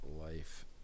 Life